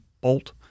Bolt